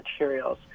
materials